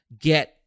get